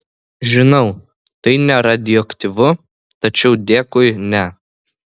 žinau tai neradioaktyvu tačiau dėkui ne